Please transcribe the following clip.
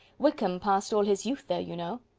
wickham passed all his youth there, you know.